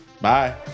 Bye